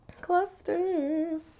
Clusters